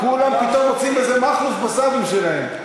כולם פתאום מוצאים איזה מכלוף בסבים שלהם.